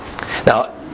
Now